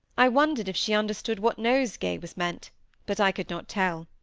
i wondered if she understood what nosegay was meant but i could not tell.